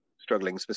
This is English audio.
struggling